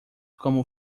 como